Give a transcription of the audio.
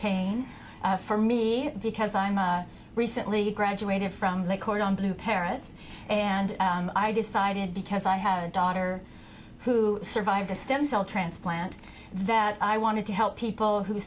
pain for me because i'm a recently graduated from the court on blue paris and i decided because i have a daughter who survived a stem cell transplant that i wanted to help people who